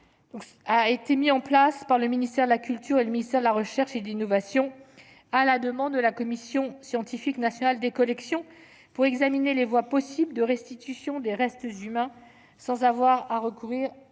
a été mis en place par le ministère de la culture et le ministère de l'enseignement supérieur, à la demande de la Commission scientifique nationale des collections, pour examiner les voies possibles de restitution des restes humains sans avoir à recourir au vote de